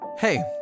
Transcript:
Hey